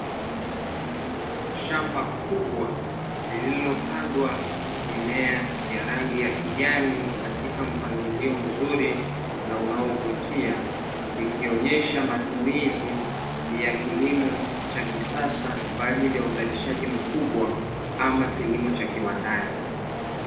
Shamba kubwa lililopandwa mimea ya rangi ya kijani katika mpangilio mzuri na unaovutia, ikionyesha matumizi ya kilimo cha kisasa kwa ajili ya uzalishaji mkubwa ama kilimo cha kiwandani.